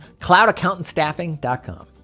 cloudaccountantstaffing.com